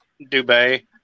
Dubay